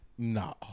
no